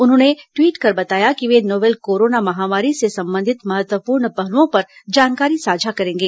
उन्होंने ट्वीट कर बताया कि वे नोवल कोरोना महामारी से संबंधित महत्वपूर्ण पहलुओं पर जानकारी साझा करेंगे